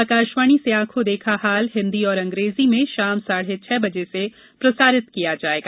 आकाशवाणी से आंखों देखा हाल हिन्दी और अंग्रेजी में शाम साढ़े छह बजे से प्रसारित किया जाएगा